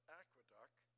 aqueduct